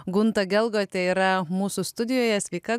gunta gelgotė yra mūsų studijoje sveika